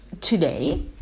today